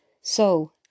So